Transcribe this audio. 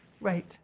Right